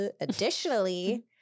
additionally